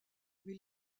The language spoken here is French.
mais